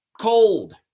cold